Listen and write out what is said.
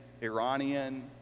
Iranian